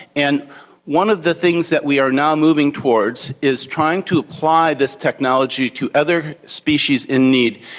and one of the things that we are now moving towards is trying to apply this technology to other species in need,